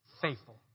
faithful